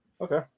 Okay